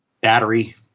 battery